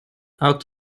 out